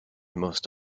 most